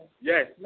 Yes